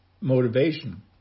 motivation